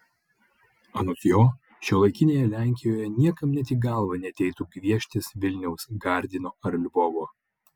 anot jo šiuolaikinėje lenkijoje niekam net į galvą neateitų gvieštis vilniaus gardino ar lvovo